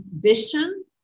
vision